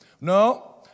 No